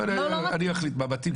אני אחליט מה מתאים,